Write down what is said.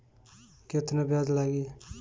केतना ब्याज लागी?